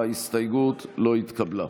ההסתייגות לא התקבלה.